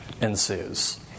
ensues